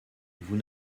vous